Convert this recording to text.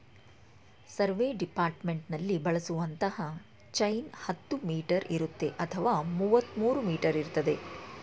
survey ಡಿಪಾರ್ಟ್ಮೆಂಟ್ನಲ್ಲಿ ಬಳಸುವಂತ chain ಹತ್ತು ಮೀಟರ್ ಇರುತ್ತೆ ಅಥವಾ ಮುವತ್ಮೂರೂ ಮೀಟರ್ ಇರ್ತದೆ